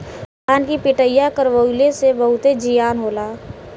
धान के पिटईया करवइले से बहुते जियान होला